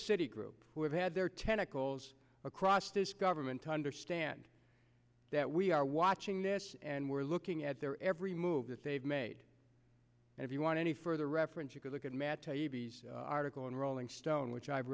citi group who have had their tentacles across this government to understand that we are watching this and we're looking at their every move that they've made and if you want any further reference you could look at matt article in rolling stone which i've